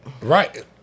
right